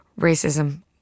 racism